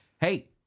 Hey